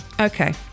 Okay